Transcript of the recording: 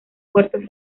puertos